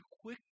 quick